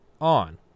on